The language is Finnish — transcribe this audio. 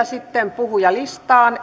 sitten puhujalistaan